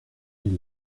est